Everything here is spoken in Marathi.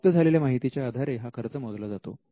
प्राप्त झालेल्या माहिती च्या आधारे हा खर्च मोजला जातो